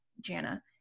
Jana